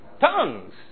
Tongues